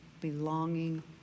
belonging